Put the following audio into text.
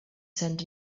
send